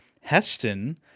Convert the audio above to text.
Heston